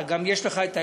גם יש לך את האפשרות,